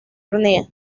hornea